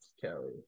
Kelly